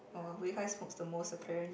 oh Wei Kai smokes the most apperently